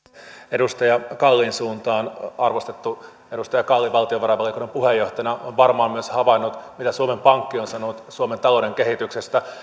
edustaja kallin suuntaan arvostettu edustaja kalli valtionvarainvaliokunnan puheenjohtajana on varmaan myös havainnut mitä suomen pankki on sanonut suomen talouden kehityksestä ja